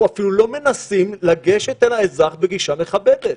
אפילו לא מנסים לגשת לאזרח בגישה מכבדת,